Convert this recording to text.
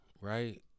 right